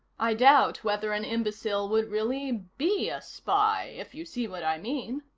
i doubt whether an imbecile would really be a spy, if you see what i mean.